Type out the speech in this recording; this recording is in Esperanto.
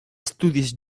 studis